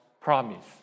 promise